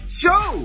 show